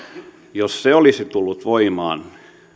jos se olisi tullut voimaan